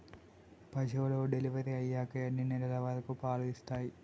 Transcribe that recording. పశువులు డెలివరీ అయ్యాక ఎన్ని నెలల వరకు పాలు ఇస్తాయి?